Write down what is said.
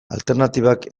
alternatibak